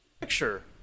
Picture